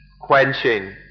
quenching